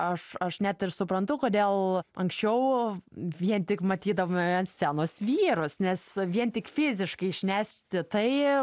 aš aš net ir suprantu kodėl anksčiau vien tik matydavome ant scenos vyrus nes vien tik fiziškai išnešti tai